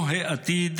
פה העתיד.